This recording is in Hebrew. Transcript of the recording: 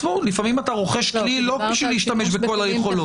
לפעמים אתה רוכש כלי לא בשביל להשתמש בכל היכולות.